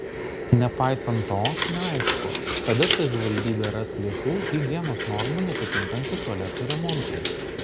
nepaisant to neaišku kada savivaldybė ras lėšų higienos normų neatitinkančių tualetų remontui